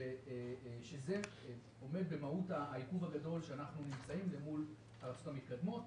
שזה עומד במהות העיכוב הגדול שאנחנו נמצאים אל מול הארצות המתקדמות.